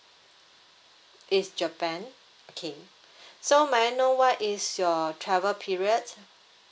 it's japan okay so may I know what is your travel period